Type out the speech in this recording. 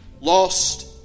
lost